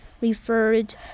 referred